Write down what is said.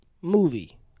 movie